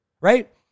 Right